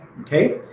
Okay